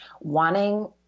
wanting